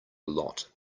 lot